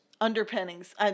Underpinnings